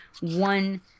one